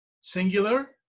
singular